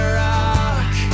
rock